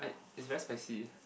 it's very spicy